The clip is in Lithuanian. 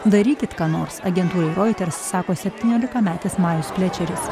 darykit ką nors agentūrai roiters sako septyniolikametis majus plečeris